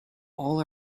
all